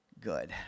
good